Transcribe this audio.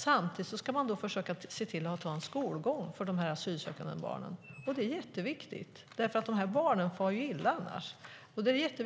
Samtidigt ska man försöka se till att de asylsökande barnen får en skolgång. Och det är jätteviktigt att de här barnen får en insats, för de far ju